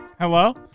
Hello